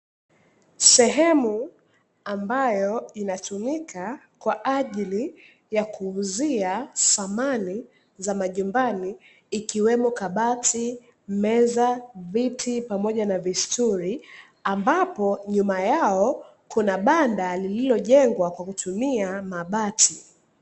Sehemu ambayo inatumika kwa ajili ya kuuzia samani za majumbani ikiwemo; kabati, meza, viti pamoja na vistuli ambapo nyuma yao kuna banda liliyojengwa kwa kutumia mabati.